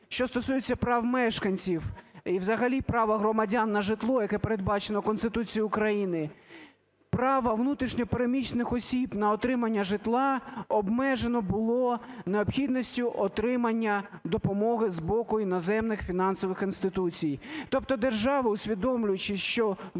що стосується прав мешканців і взагалі права громадян на житло, яке передбачено Конституцією України, право внутрішньо переміщених осіб на отримання житла обмежено було необхідністю отримання допомоги з боку іноземних фінансових інституцій. Тобто держава, усвідомлюючи, що у